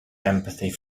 empathy